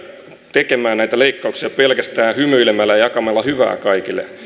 tekemään näitä leikkauksia pelkästään hymyilemällä ja jakamalla hyvää kaikille